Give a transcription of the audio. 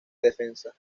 defensa